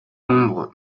nombres